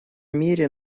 мире